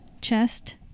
chest